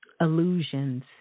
illusions